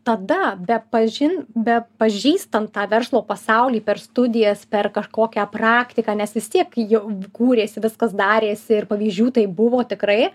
tada bepažin bepažįstant tą verslo pasaulį per studijas per kažkokią praktiką nes vis tiek jau kūrėsi viskas darėsi ir pavyzdžių tai buvo tikrai